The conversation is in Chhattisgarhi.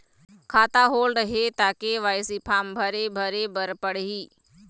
खाता होल्ड हे ता के.वाई.सी फार्म भरे भरे बर पड़ही?